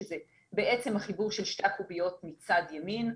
זה בעצם החיבור של שתי הקוביות מצד ימין: